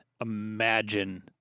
imagine